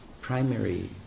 primary